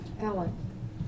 Alan